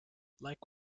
like